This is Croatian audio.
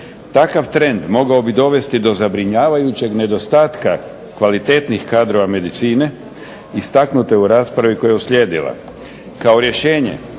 Takav trend mogao bi dovesti do zabrinjavajućeg nedostatka kvalitetnih kadrova medicine, istaknuto je u raspravi koja je uslijedila.